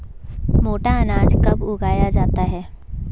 मोटा अनाज कब उगाया जाता है?